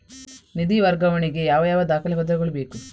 ನಿಧಿ ವರ್ಗಾವಣೆ ಗೆ ಯಾವ ಯಾವ ದಾಖಲೆ ಪತ್ರಗಳು ಬೇಕು?